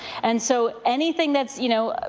and so anything that's, you know,